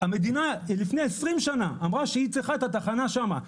המדינה לפני 20 שנה אמרה שהיא צריכה את התחנה שם.